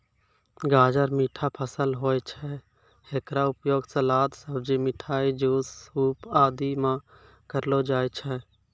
गाजर मीठा फसल होय छै, हेकरो उपयोग सलाद, सब्जी, मिठाई, जूस, सूप आदि मॅ करलो जाय छै